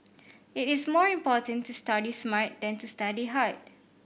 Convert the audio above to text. it is more important to study smart than to study hard